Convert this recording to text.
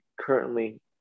currently